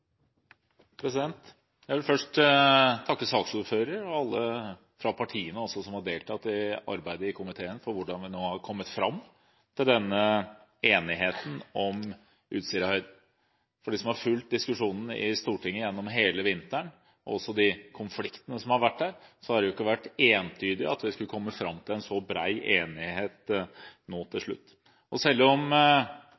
innfridd. Jeg vil først takke saksordføreren og også alle fra partiene som har deltatt i arbeidet i komiteen, for hvordan man har kommet fram til denne enigheten om Utsirahøyden. For de som har fulgt diskusjonene i Stortinget gjennom hele vinteren, og også de konfliktene som har vært der, har det ikke vært entydig at vi skulle komme fram til en så bred enighet nå til